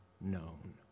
known